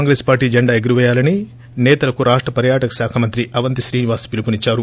Congress party జెండా ఎగురవేయాలని సేతలకు రాష్ట పర్యాటక శాఖ మంత్రి అవంతి క్రీనివాస్ పిలుపునిద్చారు